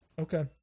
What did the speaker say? Okay